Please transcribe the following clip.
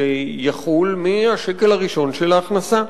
שיחול מהשקל הראשון של ההכנסה.